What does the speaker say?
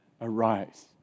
Arise